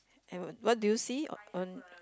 and what what do you see on